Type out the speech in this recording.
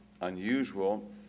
unusual